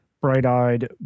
bright-eyed